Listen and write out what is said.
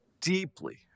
deeply